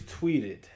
tweeted